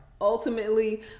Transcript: Ultimately